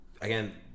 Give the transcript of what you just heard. again